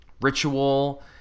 ritual